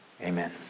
amen